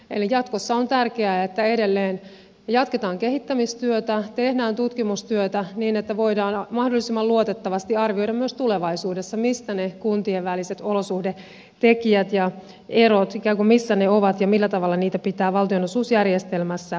eli jatkossa on tärkeää että edelleen jatketaan kehittämistyötä tehdään tutkimustyötä niin että voidaan mahdollisimman luotettavasti arvioida myös tulevaisuudessa missä ne kuntien väliset olosuhde erot ikään kuin ovat ja millä tavalla niitä pitää valtionosuusjärjestelmässä tasata